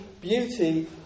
beauty